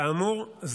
כאמור,